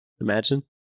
Imagine